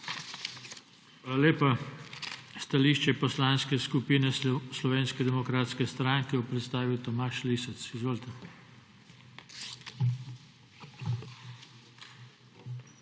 Hvala lepa. Stališče Poslanske skupine Slovenske demokratske stranke bo predstavil Tomaž Lisec. Izvolite.